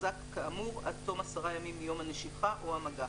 יוחזק כאמור עד תום עשרה ימים מיום הנשיכה או המגע.".